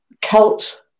Celt